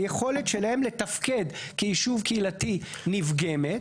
היכולת שלהם לתפקד כיישוב קהילתי נפגמת